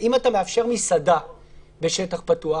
אם אתה מאפשר מסעדה בשטח פתוח,